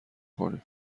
کنیم